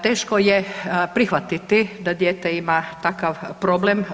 Teško je prihvatiti da dijete ima takav problem.